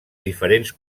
diferents